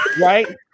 right